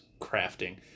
crafting